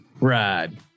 ride